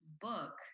book